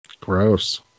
Gross